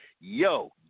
Yo